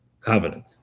covenant